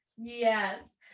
yes